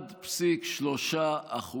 1.3%